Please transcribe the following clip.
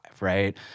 right